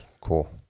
cool